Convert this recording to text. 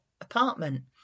apartment